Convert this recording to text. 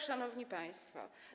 Szanowni Państwo!